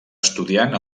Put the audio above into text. estudiant